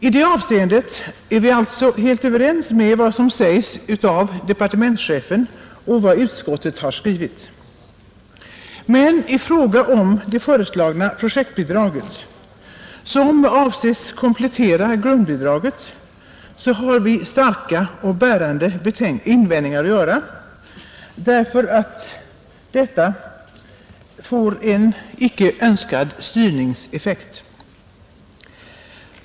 I detta avseende är vi alltså överens om vad som sagts av departementschefen och vad utskottet skrivit. Men i fråga om det föreslagna projektbidraget, som avses komplettera grundbidraget, har vi starka och bärande invändningar att göra, eftersom detta får en icke önskvärd styrningseffekt.